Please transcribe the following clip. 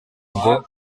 ngo